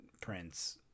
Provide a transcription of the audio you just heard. prince